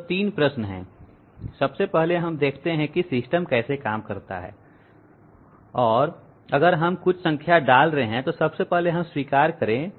तो 3 प्रश्न है सबसे पहले हम देखते हैं कि सिस्टम कैसे काम करता है अगर हम कुछ संख्या डाल रहे हैं तो सबसे पहले हम स्वीकार करें